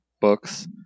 books